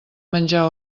menjar